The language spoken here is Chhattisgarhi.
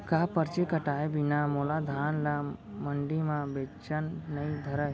का परची कटाय बिना मोला धान ल मंडी म बेचन नई धरय?